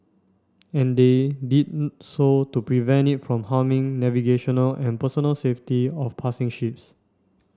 and they did so to prevent it from harming navigational and personnel safety of passing ships